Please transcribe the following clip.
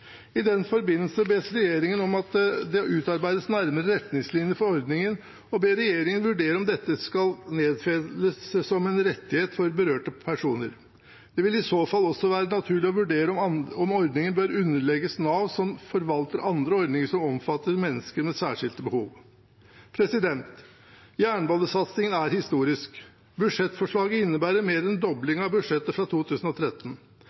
forbindelse bes regjeringen om at det utarbeides nærmere retningslinjer for ordningen, og man ber regjeringen vurdere om dette skal nedfelles som en rettighet for berørte personer. Det vil i så fall også være naturlig å vurdere om ordningen bør underlegges Nav, som forvalter andre ordninger som omfatter mennesker med særskilte behov. Jernbanesatsingen er historisk. Budsjettforslaget innebærer mer enn en dobling av budsjettet fra 2013.